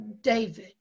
David